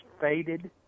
faded